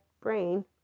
brain